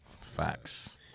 Facts